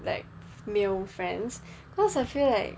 like male friends cause I feel like